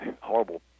horrible